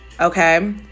Okay